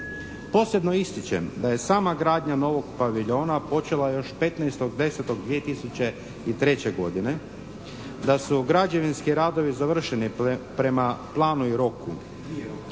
Posebno ističem da je sama gradnja novog paviljona počela još 15.10.2003. godine, da su građevinski radovi završeni prema planu i roku,